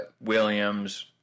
Williams